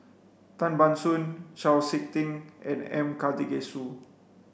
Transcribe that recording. Tan Ban Soon Chau Sik Ting and M Karthigesu